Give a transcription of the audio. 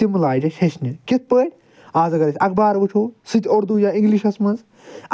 تِمہٕ لاجہٕ اسہِ ہٮ۪چھنہِ کتھ پٲٹھۍ آز أسۍ اخبار وٕچھو سُہ تہِ اردو یا انگلِشس منٛز